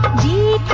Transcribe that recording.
the